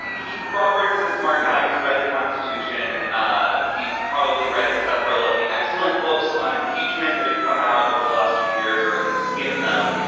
roberts is a smart guy. he's read the constitution. um he's probably read several of the excellent books on impeachment that have come out over the last few years or at least skim them.